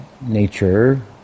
nature